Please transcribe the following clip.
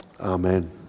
Amen